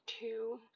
two